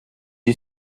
you